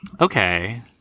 Okay